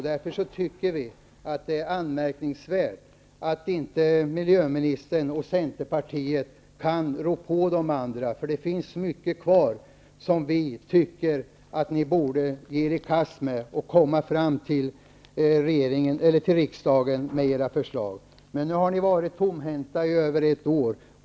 Därför tycker vi att det är anmärkningsvärt att inte miljöministern och Centerpartiet kan rå på de andra. Det finns mycket kvar som vi tycker att ni borde ge er i kast med och komma fram till riksdagen med förslag om. Nu har ni varit tomhänta i över ett år.